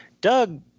Doug